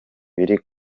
biri